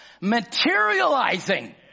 materializing